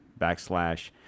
backslash